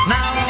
Now